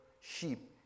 sheep